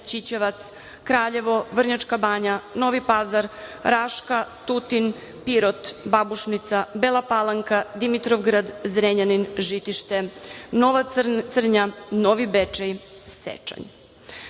Ćićevac, Kraljevo, Vrnjačka Banja, Novi Pazar, Raška, Tutin, Pirot, Babušnica, Bela Palanka, Dimitrovgrad, Zrenjanin, Žitište, Nova Crnja, Novi Bečej,